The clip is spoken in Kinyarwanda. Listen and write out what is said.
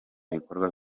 ibikorwa